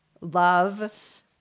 love